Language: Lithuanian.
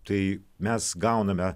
tai mes gauname